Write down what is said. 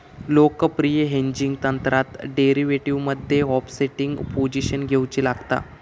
लोकप्रिय हेजिंग तंत्रात डेरीवेटीवमध्ये ओफसेटिंग पोझिशन घेउची लागता